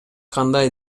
кандай